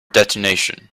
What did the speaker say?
detonation